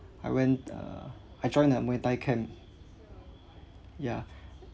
I went uh I joined a muay thai camp ya